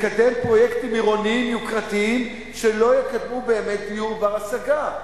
לקדם פרויקטים עירוניים יוקרתיים שלא יקדמו באמת דיור בר-השגה.